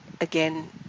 again